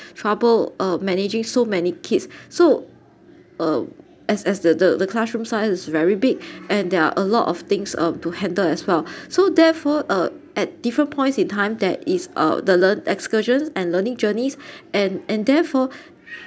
trouble uh managing so many kids so um as as the the classroom size is very big and there are a lot of things uh to handle as well so therefore uh at different points in time that it's uh the learn excursion and learning journeys and and therefore